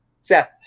Seth